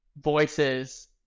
voices